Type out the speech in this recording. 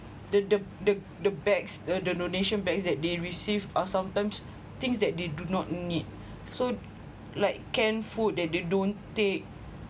the the the the bags the donation bags that they received are sometimes things that they do not need so like canned food that they don't take